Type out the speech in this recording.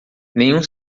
nenhum